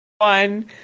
one